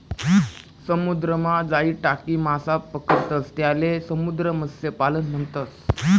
समुद्रमा जाई टाकी मासा पकडतंस त्याले समुद्र मत्स्यपालन म्हणतस